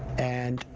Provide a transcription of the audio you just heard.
and,